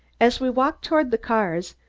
as we walked toward the cars,